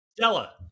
Stella